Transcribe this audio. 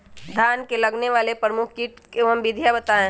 धान में लगने वाले प्रमुख कीट एवं विधियां बताएं?